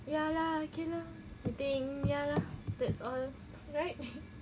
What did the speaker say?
ya lah okay lor I think ya lah that's all right